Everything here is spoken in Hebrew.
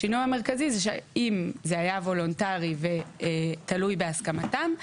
השינוי המרכזי זה שאם זה היה וולונטרי ותלוי בהסכמתם,